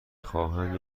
خواهم